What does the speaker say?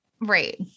Right